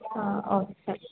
ಹಾಂ ಓಕೆ ಸರಿ